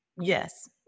Yes